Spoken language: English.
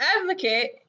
advocate